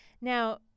Now